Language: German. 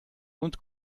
und